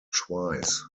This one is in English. twice